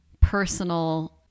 personal